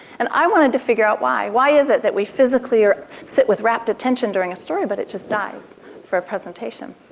and i wanted to figure out why. why is it that we physically sit with rapt attention during a story, but it just dies for a presentation.